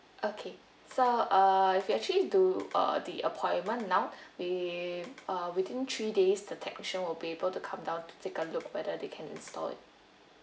okay so uh if you actually do uh the appointment now eh within three days the technician will be able to come down to take a look whether they can install it